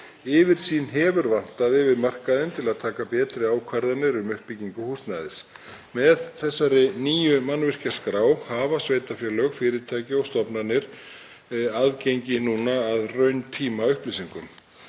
Yfirsýn hefur vantað yfir markaðinn til að taka betri ákvarðanir um uppbyggingu húsnæðis. Með þessari nýju mannvirkjaskrá hafa sveitarfélög, fyrirtæki og stofnanir aðgengi að rauntímaupplýsingum.